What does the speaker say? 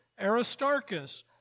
Aristarchus